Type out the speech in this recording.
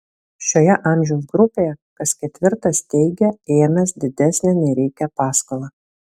šioje amžiaus grupėje kas ketvirtas teigia ėmęs didesnę nei reikia paskolą